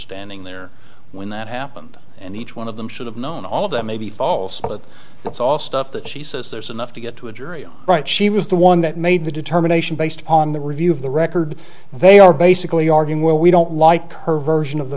standing there when that happened and each one of them should have known all of that may be false but that's all stuff that she says there's enough to get to a jury right she was the one that made the determination based on the review of the record they are basically arguing well we don't like her version of the